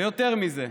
ויותר מזה,